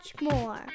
more